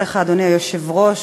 אדוני היושב-ראש,